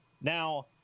Now